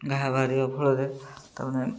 ଘା ବାହାରି ଫଳରେ ତା'ପରେ